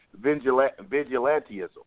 Vigilantism